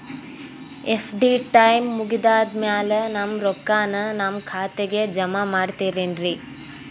FD time ಮುಗಿದಾದ್ ಮ್ಯಾಲೆ ನಮ್ ರೊಕ್ಕಾನ ನಮ್ ಖಾತೆಗೆ ಜಮಾ ಮಾಡ್ತೇರೆನ್ರಿ?